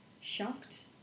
shocked